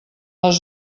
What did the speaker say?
les